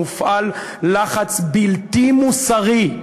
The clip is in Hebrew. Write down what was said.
מופעל לחץ בלתי מוסרי,